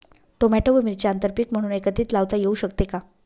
Tomato व मिरची आंतरपीक म्हणून एकत्रित लावता येऊ शकते का?